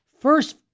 First